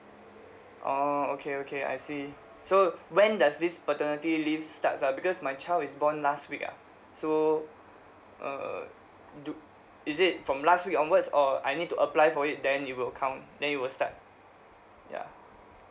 orh okay okay I see so when does this paternity leave starts ah because my child is born last week ah so uh do is it from last week onwards or I need to apply for it then it will count then it will start ya